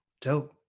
Dope